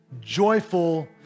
joyful